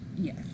Yes